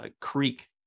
Creek